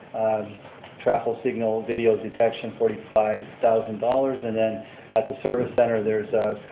traffic signal video detection, forty five thousand dollars and then at the service center there's